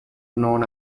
known